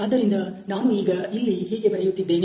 ಆದ್ದರಿಂದ ನಾನು ಈಗ ಇಲ್ಲಿ ಹೀಗೆ ಬರೆಯುತ್ತಿದ್ದೇನೆ